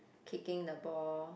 kicking the ball